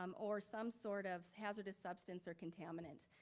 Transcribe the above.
um or some sort of hazardous substance or contaminant.